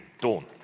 Dawn